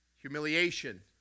Humiliation